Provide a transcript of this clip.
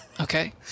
Okay